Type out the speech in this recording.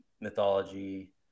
mythology